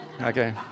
Okay